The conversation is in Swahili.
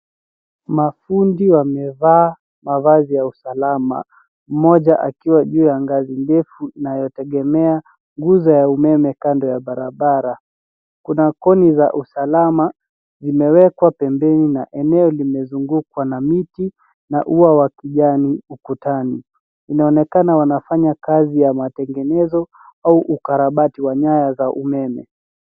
Mafundi wamevaa mavazi ya usalama mmoja akiwa juu ya ngazi ndefu inayotegemea nguzo ya umeme kando ya barabara. Kuna koni za usalama zimewekwa pembeni na eneo limezungukwa na miti na ua wa kijani ukutani. Inaonekana wanafanya kazi ya matengenezo au ukarabati wa nyaya za umeme.